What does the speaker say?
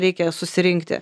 reikia susirinkti